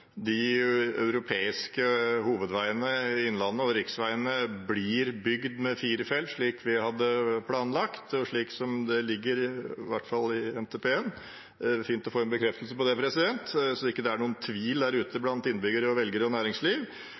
de europeiske hovedveiene i Innlandet og riksveiene blir bygd med fire felt, slik vi hadde planlagt, og slik som det i hvert fall ligger i NTP-en. Det er fint å få en bekreftelse på det, så det ikke er noen tvil blant innbyggere, velgere og næringsliv.